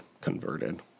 Converted